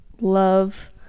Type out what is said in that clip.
love